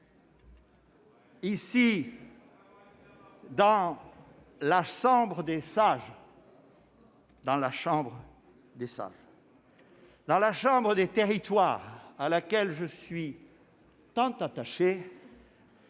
dans la chambre des sages, dans l'assemblée des territoires auxquels je suis tant attaché,